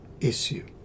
issue